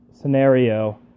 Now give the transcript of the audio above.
scenario